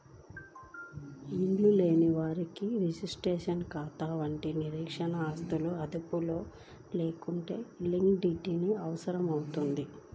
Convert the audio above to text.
ఇల్లు లేదా రిటైర్మెంట్ ఖాతాల వంటి నిర్దిష్ట ఆస్తులు అందుబాటులో లేకుంటే లిక్విడిటీ అవసరమవుతుంది